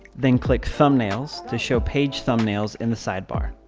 then click thumbnails to show page thumbnails in the sidebar.